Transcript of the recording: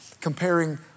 comparing